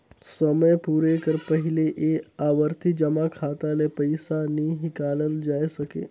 समे पुरे कर पहिले ए आवरती जमा खाता ले पइसा नी हिंकालल जाए सके